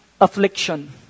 affliction